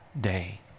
day